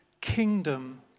kingdom